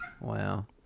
Wow